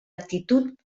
actitud